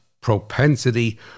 propensity